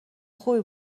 خوبی